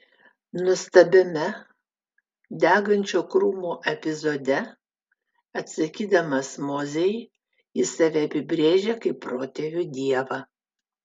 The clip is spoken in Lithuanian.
nuostabiame degančio krūmo epizode atsakydamas mozei jis save apibrėžia kaip protėvių dievą